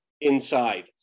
inside